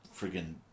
friggin